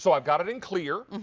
so i've got it in clear.